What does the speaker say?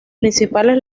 principales